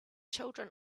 children